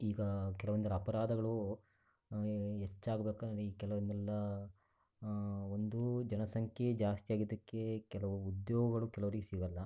ಈಗ ಕೆಲವೊಂದು ಅಪರಾಧಗಳು ಹೆಚ್ಚಾಗಬೇಕೆಂದ್ರೆ ಈಗ ಕೆಲವೊಂದೆಲ್ಲ ಒಂದು ಜನಸಂಖ್ಯೆ ಜಾಸ್ತಿ ಆಗಿದ್ದಕ್ಕೆ ಕೆಲವು ಉದ್ಯೋಗಗಳು ಕೆಲವ್ರಿಗೆ ಸಿಗಲ್ಲ